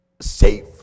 safe